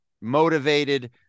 Motivated